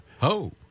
Ho